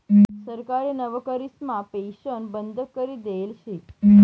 सरकारी नवकरीसमा पेन्शन बंद करी देयेल शे